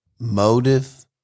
motive